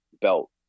belt